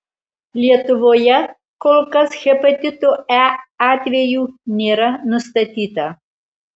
lietuvoje kol kas hepatito e atvejų nėra nustatyta